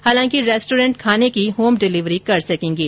हालांकि रेस्टोरेन्ट खाने की होम डिलेवरी कर सकेंगे